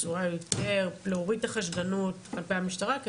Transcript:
להוריד את החשדנות כלפי המשטרה,